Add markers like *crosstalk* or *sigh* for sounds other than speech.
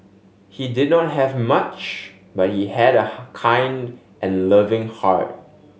he did not have much but he had a *unintelligible* kind and loving heart